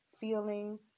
feeling